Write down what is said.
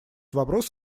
вопрос